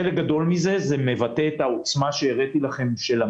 חלק גדול מזה מבטא את העוצמה של המשק שהראיתי שלכם.